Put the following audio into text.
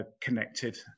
connected